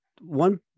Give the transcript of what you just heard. one